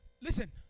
Listen